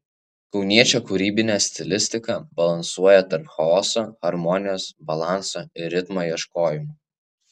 kauniečio kūrybinė stilistika balansuoja tarp chaoso harmonijos balanso ir ritmo ieškojimų